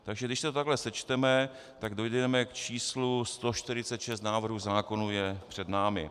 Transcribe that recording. Takže když to takhle sečteme, tak dojdeme k číslu 146 návrhů zákonů je před námi.